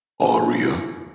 Aria